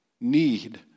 need